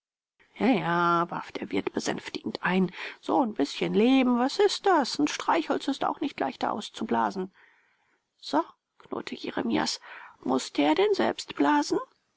ja warf der wirt besänftigend ein so'n bißchen leben was ist das n streichholz ist auch nicht leichter auszublasen so knurrte jeremias mußte er denn selbst blasen